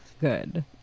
good